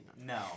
No